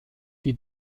die